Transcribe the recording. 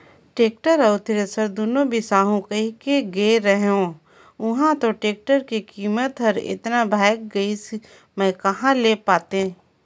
tractor अउ thresher दुनो बिसाहू कहिके गे रेहेंव उंहा तो टेक्टर के कीमत हर एतना भंगाए गइस में कहा ले पातें